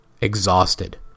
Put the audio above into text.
Exhausted